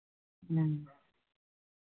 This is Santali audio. ᱦᱮᱸ